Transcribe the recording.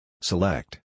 Select